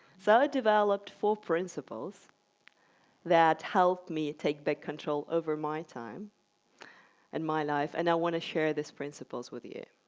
so i developed four principles that help me take back control over my time and my life, and i want to share those principles with you.